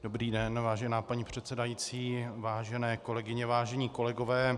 Dobrý den, vážená paní předsedající, vážené kolegyně, vážení kolegové.